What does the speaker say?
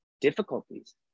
difficulties